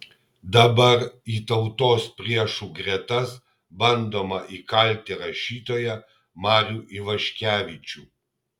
dabar į tautos priešų gretas bandoma įkalti rašytoją marių ivaškevičių